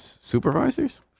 supervisors